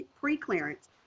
pre-clearance